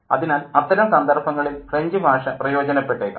അതിനാൽ അത്തരം സന്ദർഭങ്ങളിൽ ഫ്രഞ്ചു ഭാഷ പ്രയോജനപ്പെട്ടേക്കാം